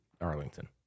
arlington